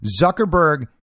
Zuckerberg